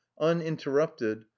uninterrupted